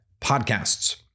podcasts